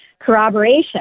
corroboration